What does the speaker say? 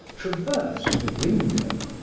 traversed the window,